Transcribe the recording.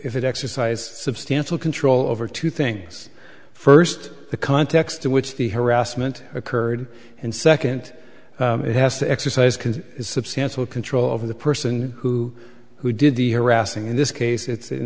if it exercise substantial control over two things first the context in which the harassment occurred and second it has to exercise can substantial control over the person who who did the harassing in this case it's